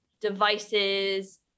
devices